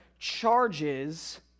charges